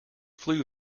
flu